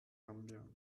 gambia